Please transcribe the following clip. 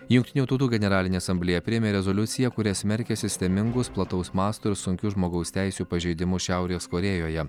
jungtinių tautų generalinė asamblėja priėmė rezoliuciją kuria smerkia sistemingus plataus masto ir sunkius žmogaus teisių pažeidimus šiaurės korėjoje